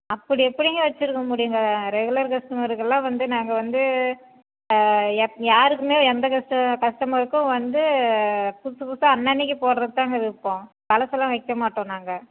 அப்படி எப்படிங்க வச்சுருக்க முடியுங்க ரெகுலர் கஸ்டமருக்கெலாம் வந்து நாங்கள் வந்து எப் யாருக்குமே எந்த கஸ்ட கஸ்டமருக்கும் வந்து புதுசு புதுசாக அன்னன்றைக்கி போடுறது தாங்க விற்போம் பழசெல்லாம் விற்க மாட்டோம் நாங்கள்